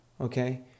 Okay